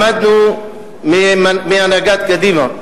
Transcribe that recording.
למדנו מהנהגת קדימה.